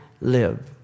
live